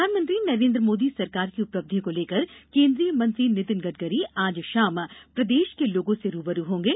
प्रधानमंत्री नरेन्द्र मोदी सरकार की उपलब्धियों को लेकर केन्द्रीय मंत्री नितिन गडकरी आज शाम प्रदेश के लोगों से रूबरू होंगे